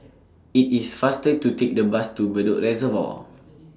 IT IS faster to Take The Bus to Bedok Reservoir